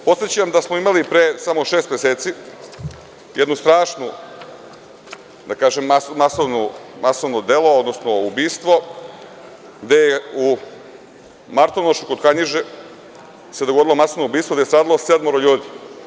Podsećam da smo imali pre samo šest meseci jedno strašno nasilno delo, odnosno ubistvo, gde je u Martonošu kod Kanjiže, gde se dogodilo masovno ubistvo, gde je stradalo sedmoro ljudi.